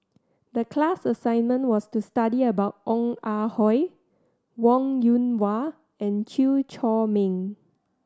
the class assignment was to study about Ong Ah Hoi Wong Yoon Wah and Chew Chor Meng